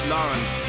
Lawrence